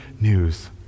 news